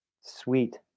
sweet